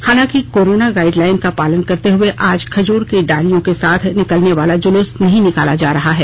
हालांकि corona guideline का पालन करते हुए आज खजूर की डालियों के साथ निकलने वाला जुलूस नहीं निकाला जा रहा है